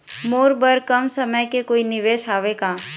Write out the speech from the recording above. मोर बर कम समय के कोई निवेश हावे का?